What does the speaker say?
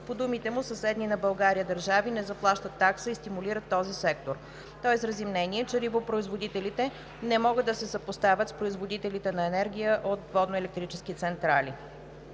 По думите му съседни на България държави не заплащат такса и стимулират този сектор. Той изрази мнение, че рибопроизводителите не могат да се съпоставят с производителите на енергия от водноелектрически централи.